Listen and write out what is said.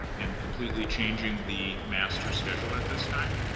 and completely changing the master schedule at this time,